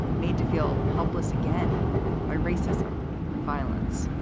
made to feel helpless again by racism and violence